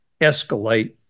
escalate